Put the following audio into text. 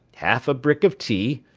half a brick of tea,